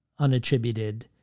unattributed